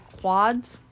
quads